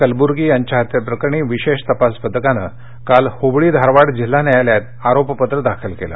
कलबूर्गी यांच्या हत्येप्रकरणी विशेष तपास पथकांनं काल हुबळी धारवाड जिल्हा न्यायालयात आरोपपत्र दाखल केलं